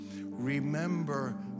Remember